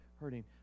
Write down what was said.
hurting